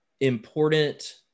important